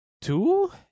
Two